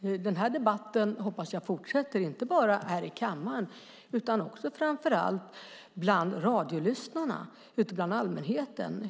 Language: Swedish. Jag hoppas att den här debatten fortsätter inte bara här i kammaren utan framför allt bland radiolyssnarna och allmänheten.